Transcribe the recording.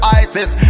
itis